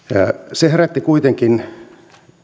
se herätti kuitenkin